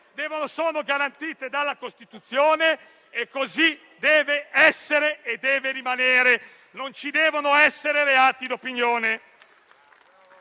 sono garantite dalla Costituzione e così deve essere e rimanere. Non ci devono essere reati d'opinione.